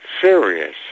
serious